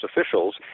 officials